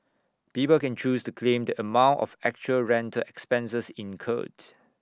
people can choose to claim the amount of actual rental expenses incurred